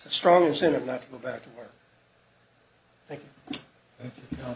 strong incentive not to go back to thank you know